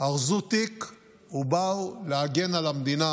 ארזו תיק ובאו להגן על המדינה,